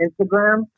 Instagram